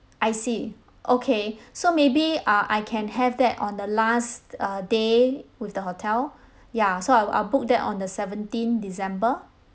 I see okay so maybe uh I can have that on the last uh day with the hotel ya so I'll I'll book that on the seventeen december